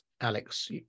Alex